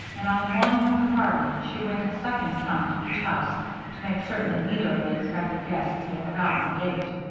and on the morning of the party she went a second time to each house to make certain that neither of the expected guests had forgotten the date.